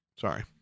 Sorry